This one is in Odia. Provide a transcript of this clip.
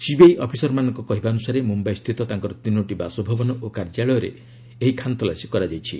ସିବିଆଇ ଅଫିସରମାନଙ୍କ କହିବା ଅନୁସାରେ ମୁମ୍ଭାଇସ୍ଥିତ ତାଙ୍କର ତିନୋଟି ବାସଭବନ ଓ କାର୍ଯ୍ୟାଳୟରେ ଏହି ଖାନତଲାସି କରାଯାଉଛି